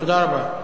תודה רבה.